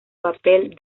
papel